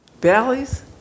Valleys